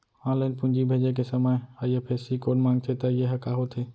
Online पूंजी भेजे के समय आई.एफ.एस.सी कोड माँगथे त ये ह का होथे?